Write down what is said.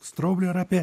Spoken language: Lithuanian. straublį ir apie